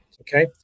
Okay